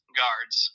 guards